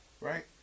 Right